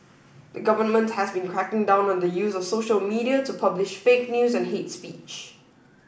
the government has been cracking down on the use of social media to publish fake news and hate speech